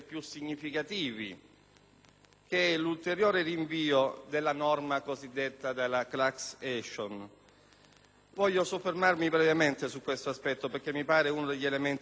l'ulteriore rinvio della norma della cosiddetta *class action*. Voglio soffermarmi brevemente su questo aspetto perché mi sembra uno degli elementi più significativi.